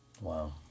Wow